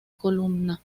columna